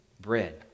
bread